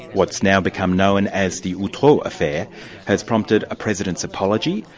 what's now become known as the outreau affair has prompted a president's apology,